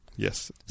yes